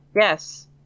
yes